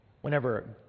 Whenever